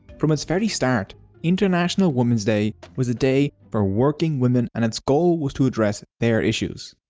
from it's very start international woman's day was a day for working women and it's goal was to address their issues.